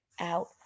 out